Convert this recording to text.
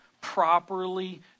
properly